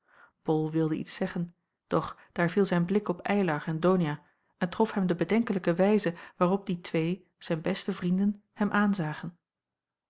bol wilde iets zeggen doch daar viel zijn blik op eylar en donia en trof hem de bedenkelijke wijze waarop die twee zijn beste vrienden hem aanzagen